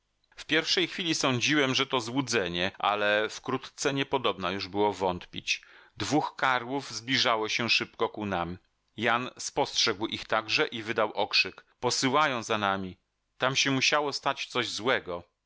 w pierwszej chwili sądziłem że to złudzenie ale wkrótce niepodobna już było wątpić dwóch karłów zbliżało się szybko ku nam jan spostrzegł ich także i wydał okrzyk posyłają za nami tam się musiało stać coś złego